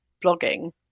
blogging